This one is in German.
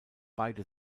beide